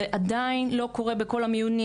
זה עדיין לא קורה בכל המיונים.